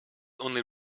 only